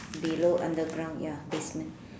below underground ya basement